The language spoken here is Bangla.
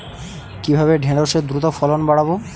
কিভাবে ঢেঁড়সের দ্রুত ফলন বাড়াব?